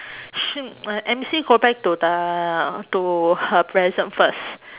shin~ uh M_C go back to the to her present first